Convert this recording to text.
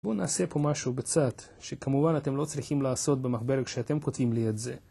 בואו נעשה פה משהו בצד, שכמובן אתם לא צריכים לעשות במחברת כשאתם כותבים לי את זה.